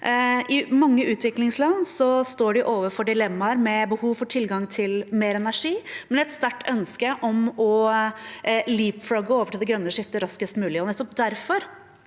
I mange utviklingsland står de overfor dilemmaer med behov for tilgang til mer energi, men et sterkt ønske om å gå over til det grønne skiftet raskest mulig.